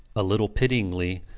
a little pityingly,